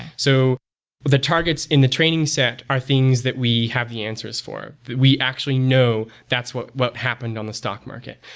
so the targets in the training set are things that we have the answers for, that we actually know that's what what happened on the stock market.